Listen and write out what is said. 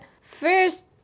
first